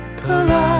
collide